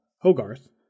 Hogarth